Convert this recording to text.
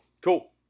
Cool